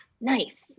nice